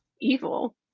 evil